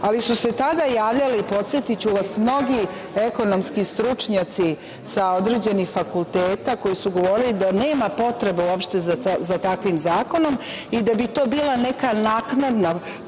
ali su se tada javljali, podsetiću vas mnogi ekonomski stručnjaci sa određenog fakulteta, koji su govorili da nema potrebe uopšte za takvim zakonom, i da bi to bila neka naknadna